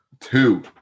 two